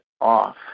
off